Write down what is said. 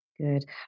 Good